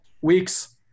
weeks